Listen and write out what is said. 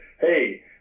Hey